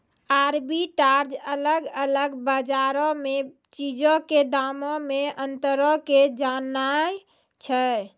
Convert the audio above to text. arbitrage अलग अलग बजारो मे चीजो के दामो मे अंतरो के जाननाय छै